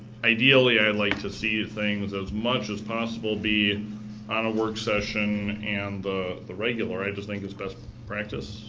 ideally i'd like to see things as much as possible be on a work session and the the regular i just think it's best practice.